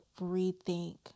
rethink